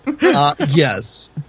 Yes